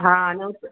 हा न हू त